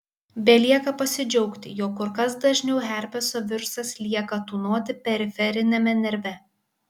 belieka pasidžiaugti jog kur kas dažniau herpeso virusas lieka tūnoti periferiniame nerve